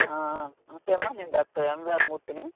నమస్తే అమ్మా నేను డాక్టర్ ఎమ్ వేదమూర్తిని